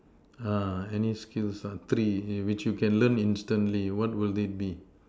uh any skills lah three which you can learn instantly what will it be